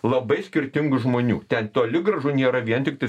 labai skirtingų žmonių ten toli gražu nėra vien tiktais